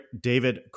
David